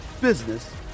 business